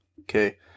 okay